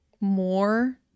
more